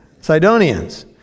Sidonians